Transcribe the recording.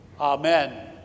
Amen